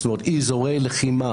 זאת אומרת אזורי לחימה